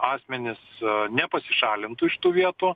asmenys nepasišalintų iš tų vietų